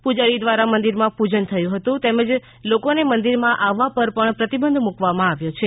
પૂજારી દ્વારા મંદિરમાં પૂજન થયું હતું લોકોને મંદિરમાં આવવા પર પણ પ્રતિબંધ મૂકવામાં આવ્યો છે